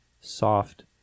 soft